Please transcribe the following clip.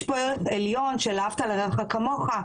יש פה ערך עליון של אהבת לרעך כמוך,